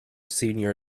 senior